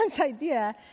idea